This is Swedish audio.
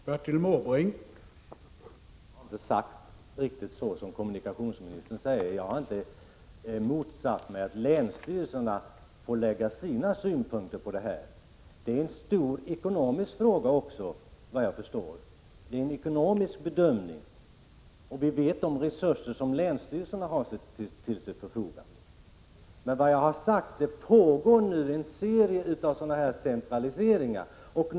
Herr talman! Jag har inte sagt riktigt så som kommunikationsministern påstår. Jag har inte motsatt mig att länsstyrelserna får lägga sina synpunkter på frågan. Det är en stor ekonomisk fråga också, såvitt jag förstår, där man alltså får göra en ekonomisk bedömning. Vi vet vilka resurser länsstyrelserna har till sitt förfogande. Vad jag har sagt är att det pågår en serie sådana här centraliseringar.